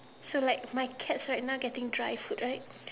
so like my cats right now getting dry food right